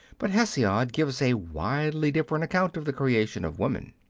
but hesiod gives a widely different account of the creation of woman.